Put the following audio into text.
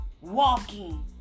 Walking